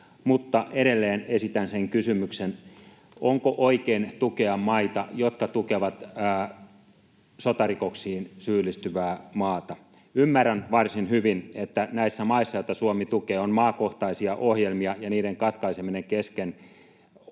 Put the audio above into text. Mutta edelleen esitän sen kysymyksen: onko oikein tukea maita, jotka tukevat sotarikoksiin syyllistyvää maata? Ymmärrän varsin hyvin, että näissä maissa, joita Suomi tukee, on maakohtaisia ohjelmia, ja niiden katkaiseminen kesken ei